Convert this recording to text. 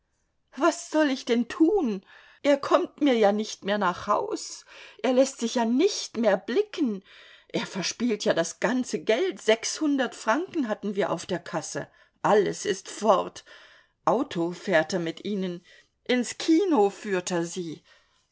was soll ich denn tun er kommt mir ja nicht mehr nach haus er läßt sich ja nicht mehr blicken er verspielt ja das ganze geld sechshundert franken hatten wir auf der kasse alles ist fort auto fährt er mit ihnen ins kino führt er sie